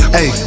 Hey